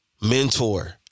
Mentor